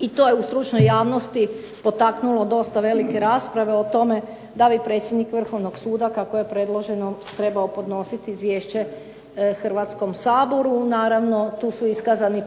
i to je u stručnoj javnosti potaknulo dosta velike rasprave o tome da li je predsjednik Vrhovnog suda, kako je predloženo, trebao podnosit izvješće Hrvatskom saboru. Naravno, tu su iskazani